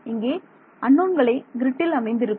இங்கே அன்னோன்கள் கிரிட்டில் அமைந்திருக்கும்